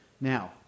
Now